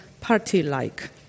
party-like